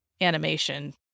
animation